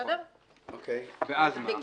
ואז מה?